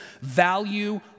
value